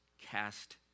cast